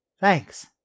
Thanks